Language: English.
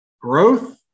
Growth